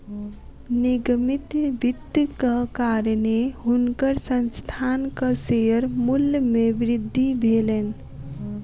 निगमित वित्तक कारणेँ हुनकर संस्थानक शेयर मूल्य मे वृद्धि भेलैन